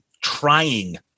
trying